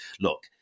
look